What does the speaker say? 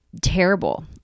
terrible